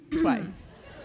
twice